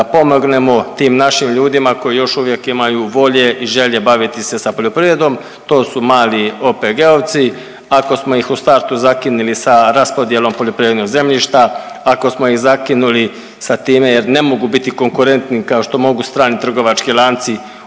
da pomognemo tim našim ljudima koji još uvijek imaju volje i želje baviti se sa poljoprivredom, to su mali OPG-ovci ako smo ih u startu zakinili sa raspodjelom poljoprivrednog zemljišta, ako smo ih zakinuli sa time jer ne mogu biti konkurentni kao što mogu strani trgovački lanci